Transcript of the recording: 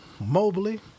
Mobley